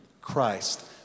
Christ